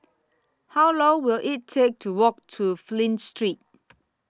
How Long Will IT Take to Walk to Flint Street